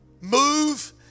Move